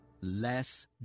Less